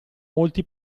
molti